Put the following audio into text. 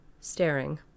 staring